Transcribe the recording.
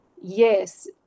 yes